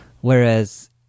Whereas